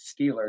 Steelers